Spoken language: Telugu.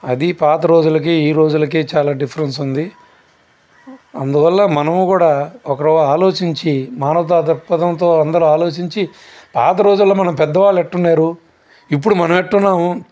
అది పాత రోజులకి ఈ రోజులకి చాలా డిఫరెన్స్ ఉంది అందువల్ల మనము కూడా ఒక రవ్వ ఆలోచించి మానవత దృక్పథంతో అందరం ఆలోచించి పాత రోజుల్లో మన పెద్దవాళ్లు ఎట్టున్నారు ఎప్పుడు మనం ఎట్లున్నాము